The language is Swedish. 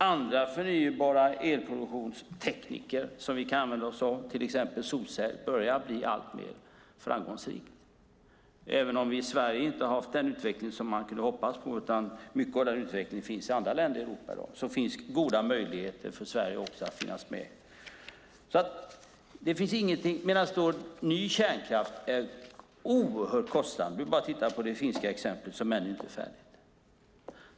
Andra förnybara elproduktionstekniker som vi kan använda oss av, till exempel solceller, blir alltmer framgångsrika. Även om vi i Sverige inte haft den utveckling vi hade hoppats på och mycket av utvecklingen finns i andra länder i Europa finns det goda möjligheter också för Sverige att finnas med. Ny kärnkraft är oerhört kostsam. Man kan bara titta på det finska exemplet som ännu inte är färdigt.